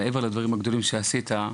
מעבר לדברים הגדולים שעשית,